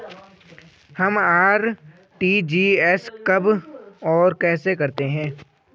हम आर.टी.जी.एस कब और कैसे करते हैं?